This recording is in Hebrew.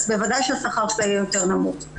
אז בוודאי שהשכר שלה יהיה יותר נמוך.